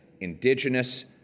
indigenous